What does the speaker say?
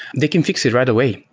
they can fix it right away.